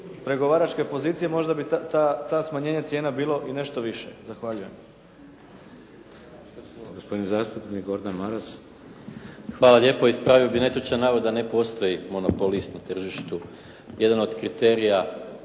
pregovaračke pozicije možda bi ta smanjenja cijena bila i nešto više. Zahvaljujem. **Šeks, Vladimir (HDZ)** Gospodin zastupnik Gordan Maras. **Maras, Gordan (SDP)** Hvala lijepa. Ispravio bih netočan navod da ne postoji monopolist na tržištu. Jedan od kriterija